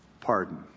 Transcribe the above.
pardon